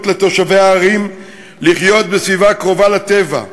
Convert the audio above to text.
לתושבי הערים לחיות בסביבה קרובה לטבע,